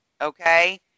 okay